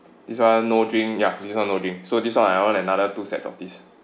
this one no drink ya this one no drink so this one I want another two sets of this